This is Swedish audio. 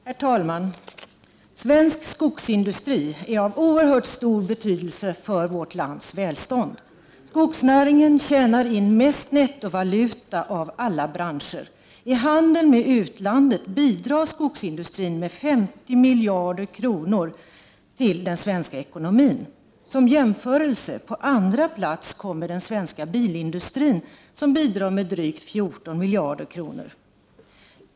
Herr talman! Svensk skogsindustri är av oerhört stor betydelse för vårt lands välstånd. Skogsnäringen tjänar in mest nettovaluta av alla branscher. 61 I handeln med utlandet bidrar skogsindustrin med ca 50 miljarder kronor till den svenska ekonomin. Som jämförelse kan nämnas att på andra plats kommer den svenska bilindustrin, som bidrar med drygt 14 miljarder kronor.